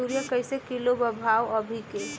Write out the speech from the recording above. Urea कइसे kilo बा भाव अभी के?